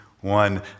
one